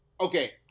Okay